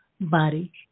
body